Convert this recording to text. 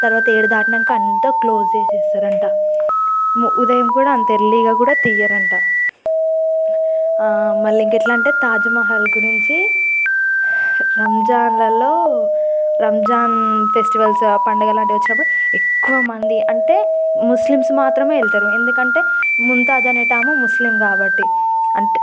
తర్వాత ఏడు దాటినాక అంత క్లోజ్ చేసేస్తారు అంట ఉదయం కూడా అంతే ఎర్లీగా కూడా తియ్యరంట మళ్ళీ ఇంకా ఎట్లంటే తాజ్మహల్ గురించి రంజాన్లల్లో రంజాన్ ఫెస్టివల్స్ పండుగ లాంటి వచ్చినప్పుడు ఎక్కువమంది అంటే ముస్లిమ్స్ మాత్రమే వెళ్తారు ఎందుకంటే ముంతాజ్ అనేటామె ముస్లిం కాబట్టి అంటే